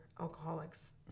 alcoholics